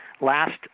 last